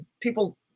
people